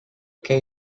què